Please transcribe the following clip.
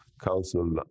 Council